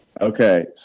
Okay